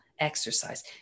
exercise